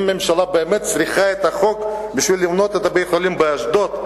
אם הממשלה באמת צריכה את החוק בשביל לבנות את בית-החולים באשדוד,